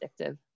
addictive